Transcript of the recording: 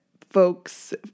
folks